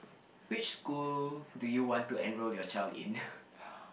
which school do you want to enroll your child in